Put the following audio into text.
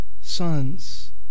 sons